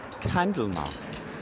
Candlemas